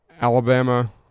Alabama